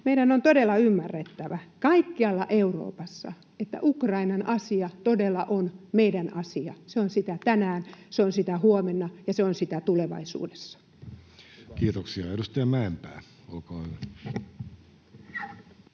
meidän on todella ymmärrettävä kaikkialla Euroopassa, että Ukrainan asia todella on meidän asiamme. Se on sitä tänään, se on sitä huomenna, ja se on sitä tulevaisuudessa. Kiitoksia. — Edustaja Mäenpää, olkaa hyvä.